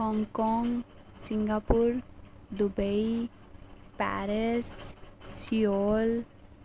Hong Kong Singapore Dubai Paris Seoul